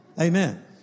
Amen